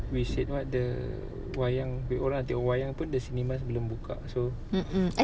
mm mm